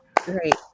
great